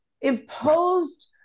imposed